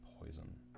poison